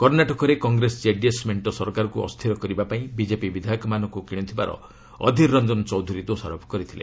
କର୍ଷ୍ଣାଟକରେ Congress JDS ମେଣ୍ଟ ସରକାରକୁ ଅସ୍ଥିର କରିବା ପାଇଁ ବିଜେପି ବିଧାୟକମାନଙ୍କୁ କିଣୁଥିବାର ଅଧୀର ରଞ୍ଜନ ଚୌଧୁରୀ ଦୋଷାରୋପ କରିଛନ୍ତି